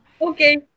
Okay